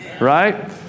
Right